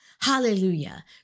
Hallelujah